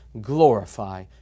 glorify